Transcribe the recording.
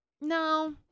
No